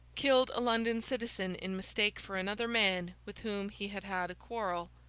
killed a london citizen in mistake for another man with whom he had had a quarrel,